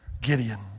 Gideon